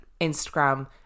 Instagram